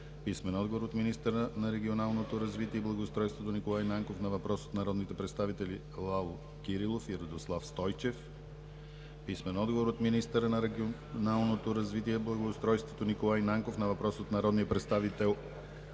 Божанков; - министъра на регионалното развитие и благоустройството Николай Нанков на въпрос от народните представители Лало Кирилов и Радослав Стойчев; - министъра на регионалното развитие и благоустройството Николай Нанков на въпрос от народния представител